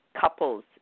couples